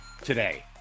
today